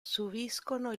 subiscono